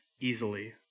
easily